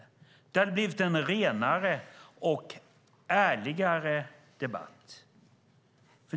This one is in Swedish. Då hade det hade blivit en renare och ärligare debatt.